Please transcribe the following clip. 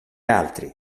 altri